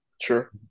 sure